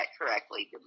correctly